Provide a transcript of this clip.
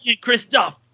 Christoph